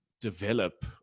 develop